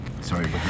Sorry